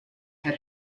had